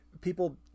people